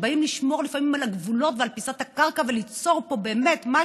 שבאים לשמור לפעמים על הגבולות ועל פיסות הקרקע וליצור פה באמת משהו,